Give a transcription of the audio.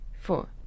four